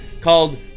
called